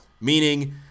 meaning